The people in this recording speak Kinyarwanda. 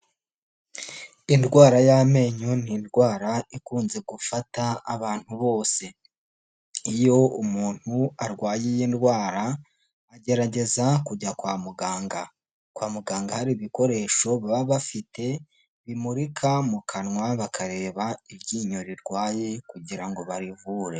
Indwara y'amenyo ni indwara ikunze gufata abantu bose. Iyo umuntu arwaye iyi ndwara agerageza kujya kwa muganga. Kwa muganga hari ibikoresho baba bafite bimurika mu kanwa bakareba iryinyo rirwaye kugira ngo barivure.